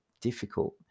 difficult